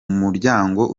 muryango